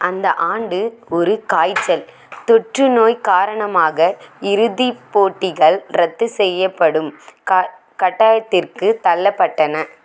அந்த ஆண்டு ஒரு காய்ச்சல் தொற்றுநோய் காரணமாக இறுதிப் போட்டிகள் ரத்து செய்யப்படும் க கட்டாயத்திற்குத் தள்ளப்பட்டன